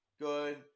Good